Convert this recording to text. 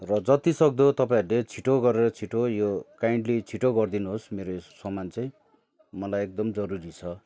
र जतिसक्दो तपाईँहरूले छिटो गरेर छिटो यो काइन्डली छिटो गरिदिनुहोस् मेरो यो सामान चाहिँ मलाई एकदम जरुरी छ